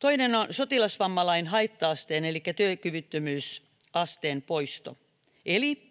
toinen on sotilasvammalain haitta asteen elikkä työkyvyttömyysasteen poisto eli se